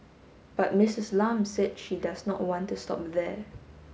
but Missus Lam said she does not want to stop there